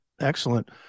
Excellent